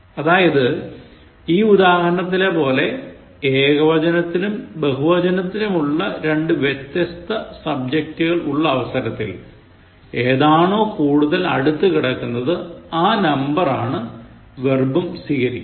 അതായത് ഈ ഉദാഹരണത്തിലെ പോലെ ഏകവചനത്തിലും ബഹുവചനത്തിലുമുള്ള രണ്ട് വ്യത്യസ്ത സബ്ജെക്റ്റുകൾ ഉള്ള അവസരത്തിൽ ഏതാണോ കൂടുതൽ അടുത്തു കിടക്കുന്നത് ആ നമ്പർ ആണ് വെർബും സ്വീകരിക്കുന്നത്